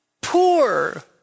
poor